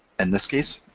and this case,